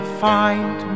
find